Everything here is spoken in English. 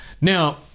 Now